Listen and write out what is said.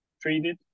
treated